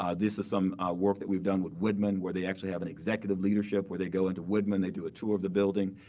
um this is some work that we've done with woodman where they actually have an executive leadership where they go into woodman, they do a tour of the building,